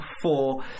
four